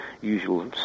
Usual